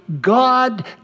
God